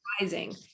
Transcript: rising